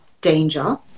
danger